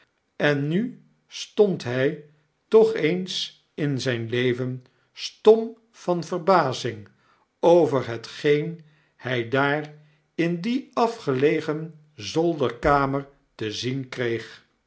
en nu stond hy toch eens in zgn leyen stom van verbazing over hetgeen hg daar in die afgelegen zolderkamer te zien kreeg